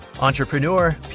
Entrepreneur